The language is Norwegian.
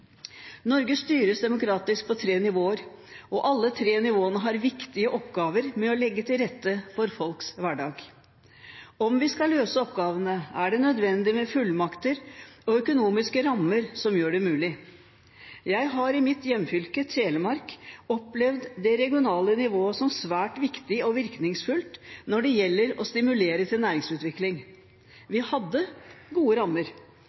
Norge styres demokratisk på tre nivåer, og alle tre nivåene har viktige oppgaver med å legge til rette for folks hverdag. Om vi skal løse oppgavene, er det nødvendig med fullmakter og økonomiske rammer som gjør det mulig. Jeg har i mitt hjemfylke, Telemark, opplevd det regionale nivået som svært viktig og virkningsfullt når det gjelder å stimulere til næringsutvikling. Vi hadde gode rammer